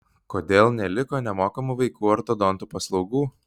kodėl neliko nemokamų vaikų ortodontų paslaugų